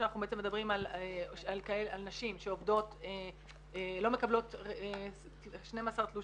שאנחנו בעצם מדברים על נשים שלא מקבלות 12 תלושים,